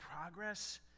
progress